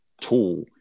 tool